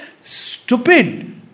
stupid